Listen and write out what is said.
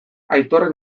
aitorren